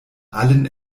allen